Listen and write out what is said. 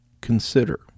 consider